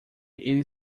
ele